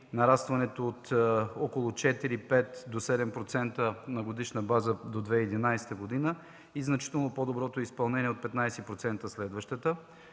нарастването от около 4-5 до 7% на годишна база до 2011 г. е значително по-доброто изпълнение от 15% – следващата.